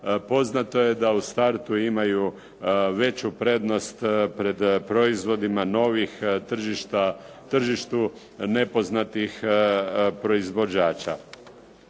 poznato je da u startu imaju veću prednost pred proizvodima novih tržištu nepoznatih proizvođača.